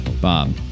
Bob